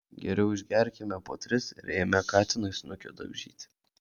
geriau išgerkime po tris ir eime katinui snukio daužyti